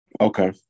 Okay